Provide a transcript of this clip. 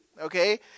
okay